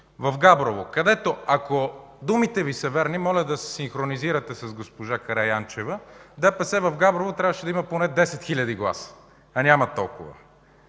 В Габрово, където, ако думите Ви са верни, моля да се синхронизирате с госпожа Караянчева, ДПС в Габрово трябваше да има поне 10 хиляди гласа, а няма толкова,